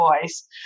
voice